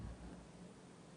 (הצגת מצגת)